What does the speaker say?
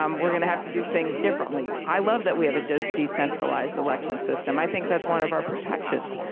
um we're going to have to do things differently. i love that we have a decentralized election system. i think that's one of our protections,